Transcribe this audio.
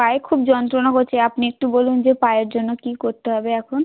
পায়ে খুব যন্ত্রণা করছে আপনি একটু বলুন যে পায়ের জন্য কী করতে হবে এখন